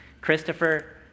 Christopher